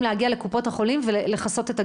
להגיע לקופות החולים ולכסות את הגרעונות.